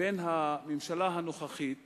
בין הממשלה הנוכחית